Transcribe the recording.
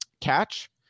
catch